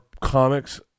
comics